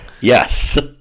Yes